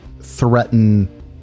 threaten